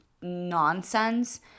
nonsense